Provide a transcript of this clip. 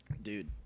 Dude